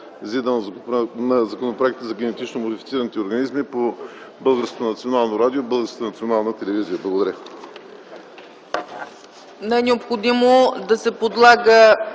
на Закона за генетично модифицираните организми по Българското национално радио и Българската национална телевизия. Благодаря.